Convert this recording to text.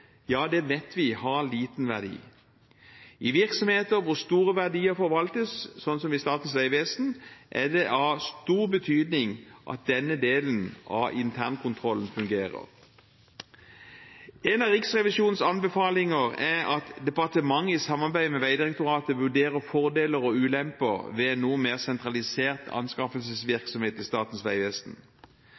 vet vi har liten verdi. I virksomheter hvor store verdier forvaltes, som i Statens vegvesen, er det av stor betydning at denne delen av internkontrollen fungerer. En av Riksrevisjonens anbefalinger er at departementet i samarbeid med Vegdirektoratet vurderer fordeler og ulemper ved en noe mer sentralisert anskaffelsesvirksomhet i Statens vegvesen.